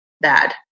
bad